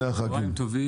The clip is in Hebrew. צוהריים טובים,